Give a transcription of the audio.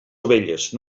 ovelles